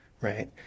Right